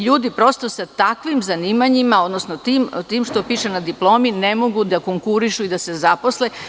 Ljudi prosto sa takvim zanimanjima, odnosno tim što piše na diplomi, ne mogu da konkurišu i da se zaposle.